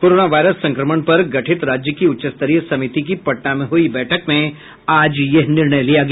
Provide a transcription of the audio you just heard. corona virus संक्रमण पर गठित राज्य की उच्चस्तरीय समिति की पटना में हुई बैठक में आज यह निर्णय किया गया